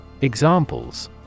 EXAMPLES